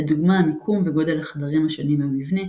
לדוגמה, מיקום וגודל החדרים השונים במבנה,